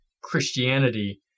Christianity